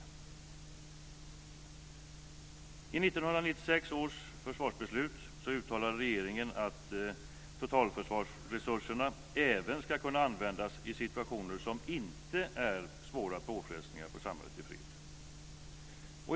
I 1996 års försvarsbeslut uttalade regeringen att totalförsvarsresurserna även ska kunna användas i situationer som inte är svåra påfrestningar för samhället i fred.